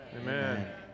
Amen